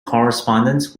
correspondence